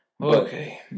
Okay